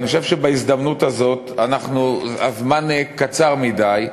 אני חושב שבהזדמנות הזאת הזמן קצר מדי,